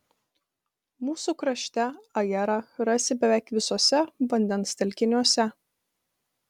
mūsų krašte ajerą rasi beveik visuose vandens telkiniuose